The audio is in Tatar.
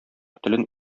телен